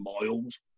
miles